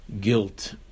Guilt